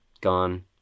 gone